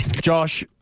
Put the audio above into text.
Josh